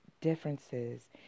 differences